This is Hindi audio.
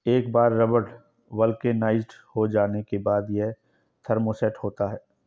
एक बार रबर वल्केनाइज्ड हो जाने के बाद, यह थर्मोसेट होता है